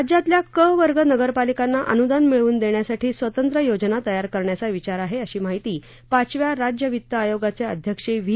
राज्यातल्या क वर्ग नगरपालिकांना अनूदान मिळवून देण्यासाठी स्वतंत्र योजना तयार करण्याचा विचार आहे अशी माहिती पाचव्या राज्य वित्त आयोगाचे अध्यक्ष व्ही